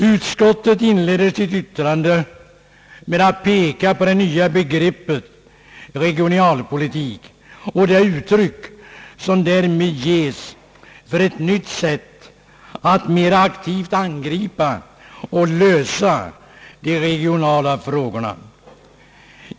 Utskottet inleder sitt yttrande med att peka på det nya begreppet regionalpolitik och det uttryck som därmed ges för ett nytt sätt att mera aktivt angripa och lösa de regionala problemen.